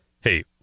Hey